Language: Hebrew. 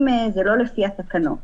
אם זה לא לפי התקנות.